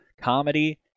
comedy